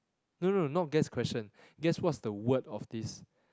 no no no not guess question guess what's the word of this